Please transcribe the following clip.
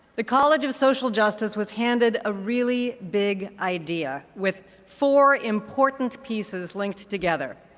the college of social justice was handed a really big idea with four important pieces linked together.